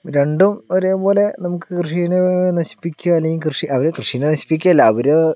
രണ്ടും ഒരേ പോലെ നമുക്ക് കൃഷിനെ നശിപ്പിക്കാന് അല്ലെങ്കിൽ അവര് കൃഷിനെ നശിപ്പിക്കുക അല്ല അവര്